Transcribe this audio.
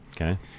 Okay